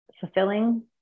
fulfilling